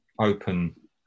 Open